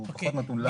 הוא פחות נתון לנו.